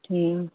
ठीक